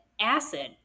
acid